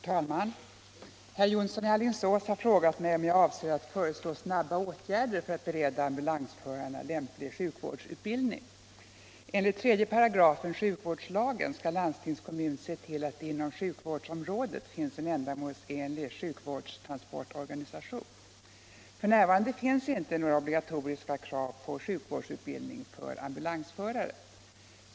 Herr talman! Herr Jonsson i Alingsås har frågat mig om jag avser att föreslå snabba åtgärder för att bereda ambulansförarna lämplig sjukvårdsutbildning. F.n. finns inte några obligatoriska krav på sjukvårdsutbildning för ambulansförare.